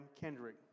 Kendrick